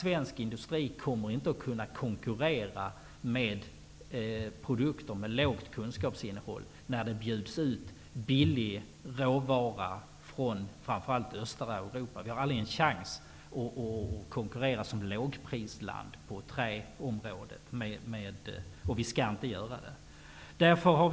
Svensk industri kommer inte att kunna konkurrera med produkter med ett lågt kunskapsinnehåll när det bjuds ut billig råvara från framför allt östra Europa. Vi har inte en chans att konkurrera med lågprisland på träområdet, och vi skall inte göra det.